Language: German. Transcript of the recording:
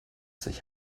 sich